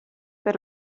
per